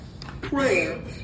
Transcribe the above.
prayer